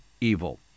evil